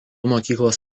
mokyklos